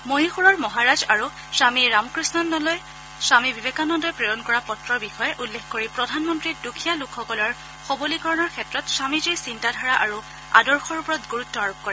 মহীশুৰৰ মহাৰাজ আৰু স্বামী ৰামকৃষ্ণন্দলৈ স্বামী বিবেকানন্দই প্ৰেৰণ কৰা পত্ৰৰ বিষয়ে উল্লেখ কৰি প্ৰধানমন্ত্ৰীয়ে দুখীয়া লোকসকলৰ সবলীকৰণৰ ক্ষেত্ৰত স্বমীজীৰ চিন্তাধাৰা আৰু আদৰ্শৰ ওপৰত গুৰুত্ব আৰোপ কৰে